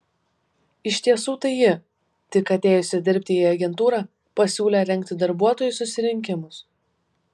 iš tiesų tai ji tik atėjusi dirbti į agentūrą pasiūlė rengti darbuotojų susirinkimus